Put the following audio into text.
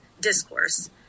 discourse